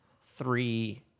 three